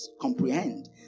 comprehend